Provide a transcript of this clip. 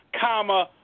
comma